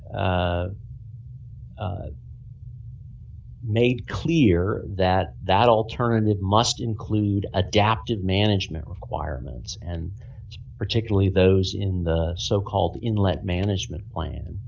made clear that that alternative must include adaptive management requirements and particularly those in the so called inlet management plan